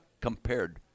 compared